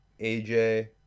AJ